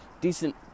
decent